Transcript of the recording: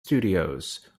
studios